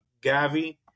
Gavi